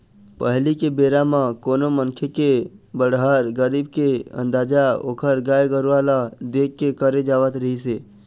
पहिली के बेरा म कोनो मनखे के बड़हर, गरीब के अंदाजा ओखर गाय गरूवा ल देख के करे जावत रिहिस हे